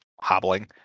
hobbling